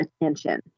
attention